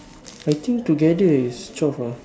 I think together is twelve lah